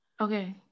Okay